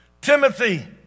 Timothy